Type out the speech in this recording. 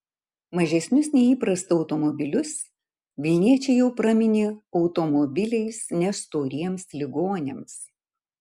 mažesnius nei įprasta automobilius vilniečiai jau praminė automobiliais nestoriems ligoniams